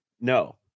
no